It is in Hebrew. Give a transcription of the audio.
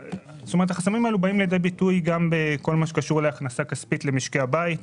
החסמים האלה באים לידי ביטוי בכל מה שקשור להכנסה כספית למשקי הבית.